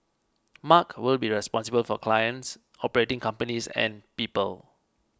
mark will be responsible for clients operating companies and people